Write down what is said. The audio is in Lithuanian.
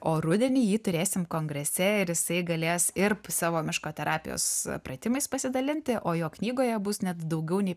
o rudenį jį turėsim kongrese ir jisai galės ir savo miško terapijos pratimais pasidalinti o jo knygoje bus net daugiau nei